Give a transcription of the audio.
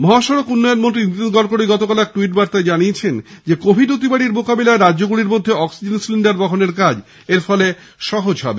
মহাসড়ক মন্ত্রী নীতিন গড়করি গতকাল এক ট্যুইট বার্তায় জানিয়েছেন কোভিড অতিমারীর মোকাবিলায় রাজ্যগুলির মধ্যে অক্সিজেন সিলিন্ডার বহনের কাজ এরফলে সহজ হবে